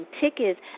tickets